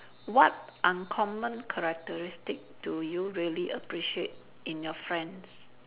what uncommon characteristics do you really appreciate in your friends